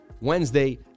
Wednesday